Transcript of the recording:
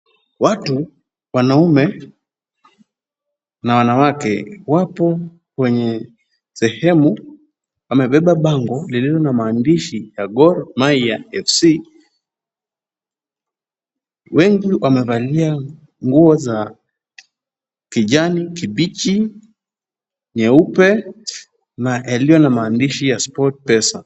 Watu wanaume na wanawake wapo kwenye sehemu wamebeba bango lililo na mandishi Gor Mahia FC .Wengi wamevalia nguo za kijani kibichi, nyeupe na yaliyo na mandishi ya Sport pesa.